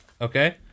Okay